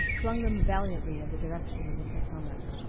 flung them valiantly in the direction of the potomac.